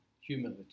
humility